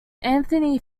anthony